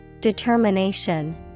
Determination